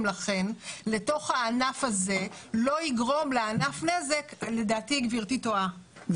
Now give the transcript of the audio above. לכן לתוך הענף הזה לא יגרום לענף נזק לדעתי גברתי טועה.